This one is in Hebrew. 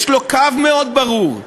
יש לו קו מאוד ברור.